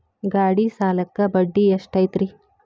ಗಾಡಿ ಸಾಲಕ್ಕ ಬಡ್ಡಿ ಎಷ್ಟೈತ್ರಿ?